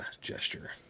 gesture